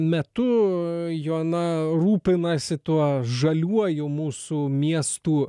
metu joana rūpinasi tuo žaliuoju mūsų miestų